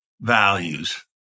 values